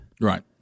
Right